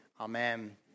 Amen